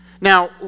Now